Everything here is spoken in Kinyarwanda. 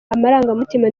amarangamutima